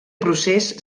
procés